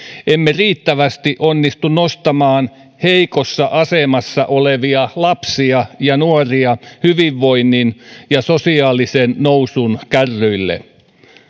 emme riittävästi onnistu nostamaan heikossa asemassa olevia lapsia ja nuoria hyvinvoinnin ja sosiaalisen nousun kärryille